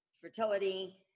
fertility